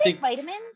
vitamins